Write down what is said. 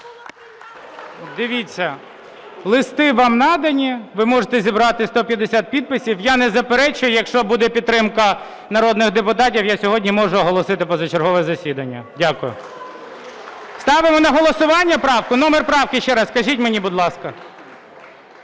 Дивіться, листи вам надані, ви можете зібрати 150 підписів. Я не заперечую. Якщо буде підтримка народних депутатів, я сьогодні можу оголосити позачергове засідання. Дякую. Ставимо на голосування правку? Номер правки ще раз скажіть мені, будь ласка.